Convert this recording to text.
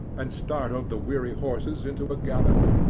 and startled the weary horses into a gallop.